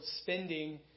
spending